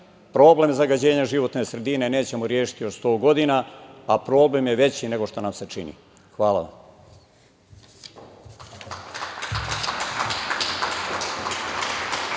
problem zagađenja životne sredine nećemo rešiti još sto godina, a problem je veći nego što nam se čini. Hvala vam.